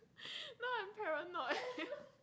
no I'm paranoid